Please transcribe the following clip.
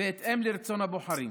בהתאם לרצון הבוחרים,